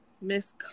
miss